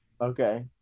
Okay